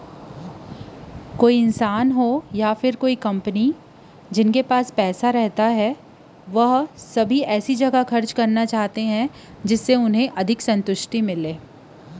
मनसे होय या कोनो कंपनी सबे तीर जेन भी पइसा रहिथे तेन ल जादा संतुस्टि मिलय तइसे बउरना चाहथे